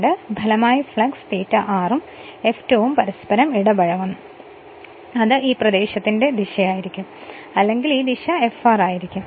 ഇതാണ് ഫലമായ flux ∅r ഉം F2 ഉം പരസ്പരം ഇടപഴകുന്നത് ഇത് ഈ പ്രദേശത്തിന്റെ ദിശയായിരിക്കും അല്ലെങ്കിൽ ദിശ ഈ Fr ആയിരിക്കും